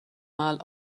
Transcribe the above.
mal